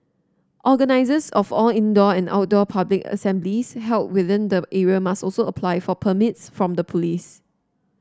organisers of all indoor and outdoor public assemblies held within the area must also apply for permits from the police